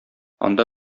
анда